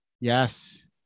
Yes